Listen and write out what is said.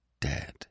Dead